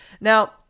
now